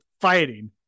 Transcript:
fighting